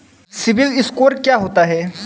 CIBIL score क्या होता है?